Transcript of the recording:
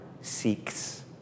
seeks